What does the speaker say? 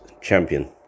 champion